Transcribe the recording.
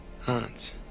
Hans